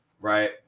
right